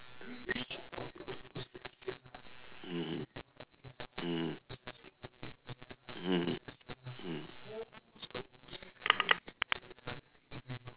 mmhmm mmhmm mmhmm mm